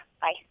bye